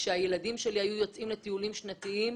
כשהם היו יוצאים לטיולים שנתיים,